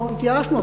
התייאשנו,